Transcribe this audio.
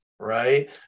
Right